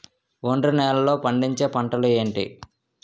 ఒండ్రు నేలలో పండించే పంటలు ఏంటి?